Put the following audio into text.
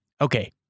Okay